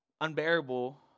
unbearable